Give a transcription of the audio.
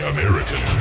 American